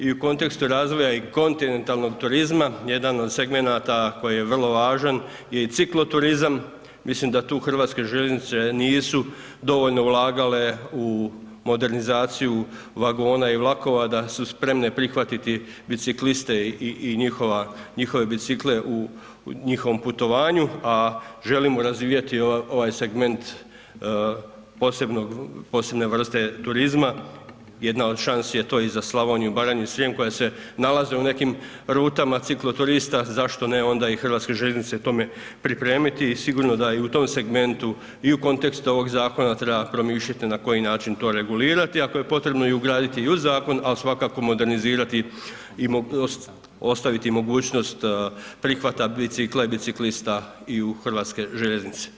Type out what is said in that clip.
I u kontekstu razvoja i kontinentalnog turizma jedan od segmenata koji je vrlo važan je i cikloturizam, mislim da tu Hrvatske željeznice nisu dovoljno ulagale u modernizaciju vagona i vlakova da su spremne prihvatiti bicikliste i njihove bicikle u njihovom putovanju a želimo razvijati ovaj segment posebne vrste turizma, jedna od šansi je to i za Slavoniju, Baranju i Srijem koja se nalaze u nekim rutama cikloturista, zašto ne onda i Hrvatske željeznice tome pripremiti i sigurno da i u tom segmentu i u kontekstu ovog zakona treba promišljati na koji način to regulirati, ako je potrebno i ugraditi i u zakon ali svakako modernizirati i ostaviti mogućnost prihvata bicikla i biciklista i u Hrvatske željeznice.